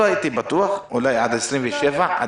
זה לא בטוח, אולי עד 27 במאי.